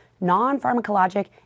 non-pharmacologic